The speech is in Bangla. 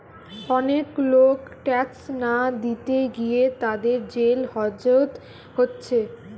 অনেক লোক ট্যাক্স না দিতে গিয়ে তাদের জেল হাজত হচ্ছে